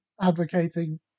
Advocating